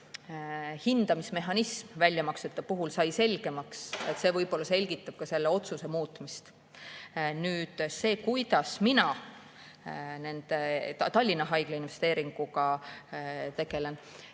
hindamismehhanism väljamaksete puhul sai selgemaks, siis see võib-olla selgitab ka selle otsuse muutmist. Nüüd see, kuidas mina Tallinna Haigla investeeringuga tegelen.